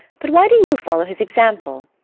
but why do you follow his example?